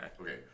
Okay